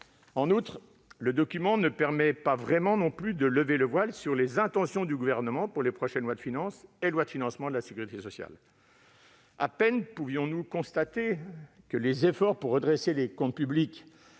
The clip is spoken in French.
En outre, le document ne permet pas vraiment non plus de lever le voile sur les intentions du Gouvernement pour les prochaines lois de finances et lois de financement de la sécurité sociale. À peine constations-nous que les efforts pour redresser les comptes publics